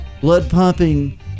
blood-pumping